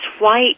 white